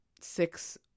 six